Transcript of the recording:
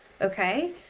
okay